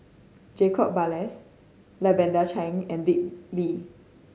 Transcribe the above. Jacob Ballas Lavender Chang and Dick Lee